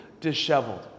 disheveled